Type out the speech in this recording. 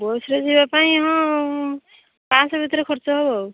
bus ରେ ଯିବାପାଇଁ ହଁ ପାଞ୍ଚଶହ ଭିତରେ ଖର୍ଚ୍ଚ ହେବ